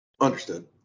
Understood